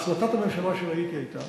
החלטת הממשלה שראיתי היתה